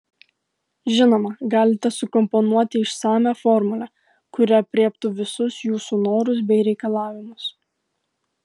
žinoma galite sukomponuoti išsamią formulę kuri aprėptų visus jūsų norus bei reikalavimus